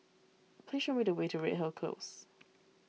please show me the way to Redhill Close